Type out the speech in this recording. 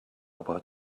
about